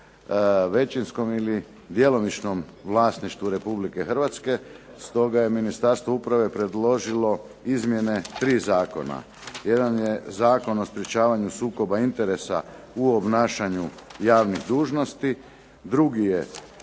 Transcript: većinskom ili djelomičnom vlasništvu Republike Hrvatske, stoga je Ministarstvo uprave predložilo izmjene tri Zakona. Jedan je Zakon o sprečavanju sukoba interesa u obnašanju javnih dužnosti, drugi je